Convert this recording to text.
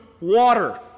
water